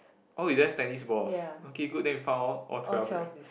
oh you don't have tennis balls okay good then we found all twelve already